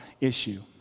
issue